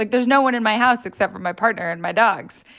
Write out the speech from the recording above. like there's no one in my house except for my partner and my dogs.